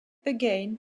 again